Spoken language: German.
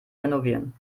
renovieren